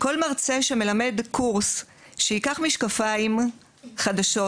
כל מרצה שמלמד קורס, שייקח משקפיים חדשות